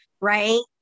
right